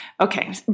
Okay